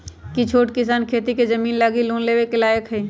कि छोट किसान खेती के जमीन लागी लोन लेवे के लायक हई?